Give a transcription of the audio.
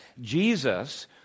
Jesus